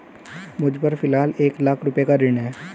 मुझपर फ़िलहाल एक लाख रुपये का ऋण है